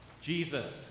Jesus